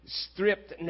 stripped